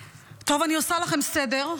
טוב, אני עושה לכם סדר.